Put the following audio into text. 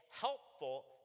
helpful